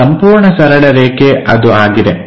ಆ ಸಂಪೂರ್ಣ ಸರಳರೇಖೆ ಅದು ಆಗಿದೆ